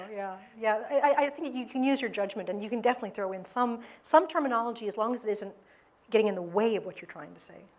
yeah. yeah i think you can use your judgment, and you can definitely throw in some some terminology, as long as it isn't getting in the way of what you're trying to say.